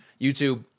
youtube